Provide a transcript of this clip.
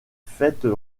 fêtes